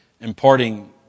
imparting